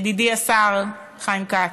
ידידי השר חיים כץ,